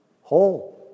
whole